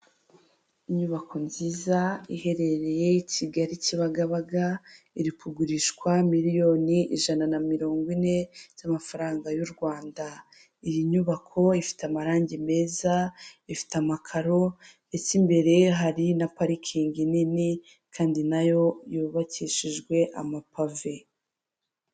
Inyubako nziza iherereye Kigali Kibagabaga, iri kugurishwa miliyoni ijana na mirongo ine z'amafaranga y'u Rwanda, iyi nyubako ifite amarangi meza, ifite amakaro ndetse imbere hari na parikingi nini kandi nayo yubakishijwe amapave.